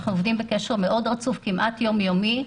אנחנו בקשר מאוד רצוף, כמעט יומיומי.